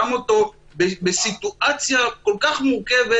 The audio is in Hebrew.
שם אותו בסיטואציה כל כך מורכבת: